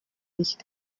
nicht